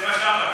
זה מה שאמרתי.